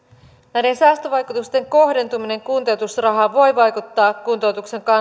näiden säästövaikutusten kohdentuminen kuntoutusrahaan voi vaikuttaa kuntoutuksen